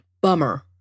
Bummer